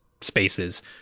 spaces